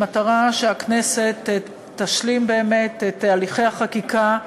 במטרה שהכנסת תשלים באמת את הליכי החקיקה,